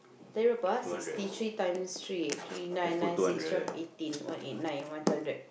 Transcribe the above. tadi berapa ah sixty three times three three nine nine six twelve eighteen one eight nine one two hundred